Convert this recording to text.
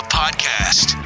podcast